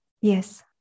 Yes